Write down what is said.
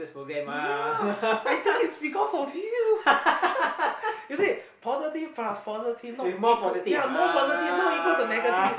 ya I think is because of you you see positive plus positive not be good more positive not equal to negative